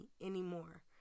anymore